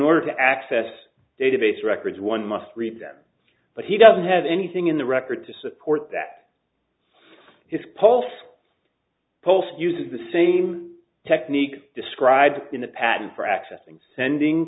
order to access database records one must repeat them but he doesn't have anything in the record to support that his pulse polsky uses the same technique described in the patent for accessing sending